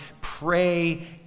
pray